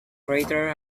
crater